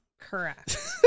Correct